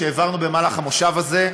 שהעברנו במהלך המושב הזה.